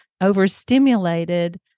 overstimulated